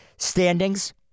standings